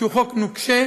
שהוא חוק נוקשה,